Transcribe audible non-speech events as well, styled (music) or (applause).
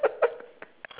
(laughs)